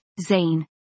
Zane